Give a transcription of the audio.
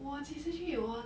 我及时去我